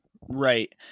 Right